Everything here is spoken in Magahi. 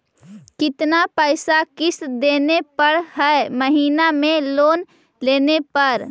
कितना पैसा किस्त देने पड़ है महीना में लोन लेने पर?